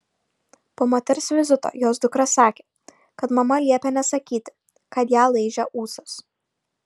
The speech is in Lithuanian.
po moters vizito jos dukra sakė kad mama liepė nesakyti kad ją laižė ūsas